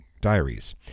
diaries